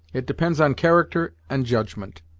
it depends on character and judgment.